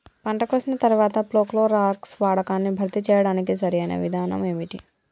పంట కోసిన తర్వాత ప్రోక్లోరాక్స్ వాడకాన్ని భర్తీ చేయడానికి సరియైన విధానం ఏమిటి?